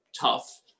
tough